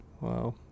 wow